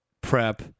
prep